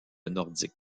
nordique